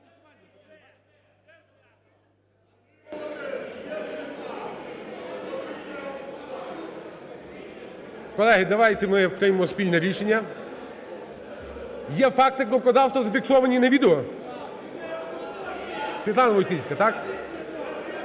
Колеги, давайте ми приймемо спільне рішення. Є факти кнопкодавства зафіксовані на відео? Світлана… Войціцька, так?